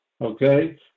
okay